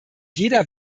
jeder